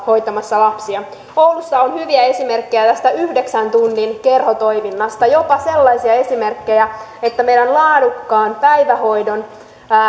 hoitamassa lapsia oulussa on hyviä esimerkkejä tästä yhdeksän tunnin kerhotoiminnasta jopa sellaisia esimerkkejä että laadukkaan päivähoidon